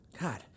God